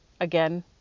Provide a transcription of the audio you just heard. again